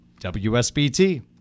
WSBT